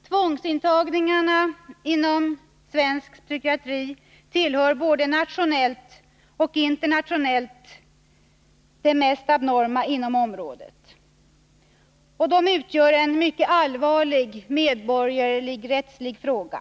Tvångsintagningarna inom svensk psykiatrisk vård tillhör både nationellt och internationellt det mest abnorma på området. De utgör en mycket allvarlig medborgarrättslig fråga.